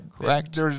Correct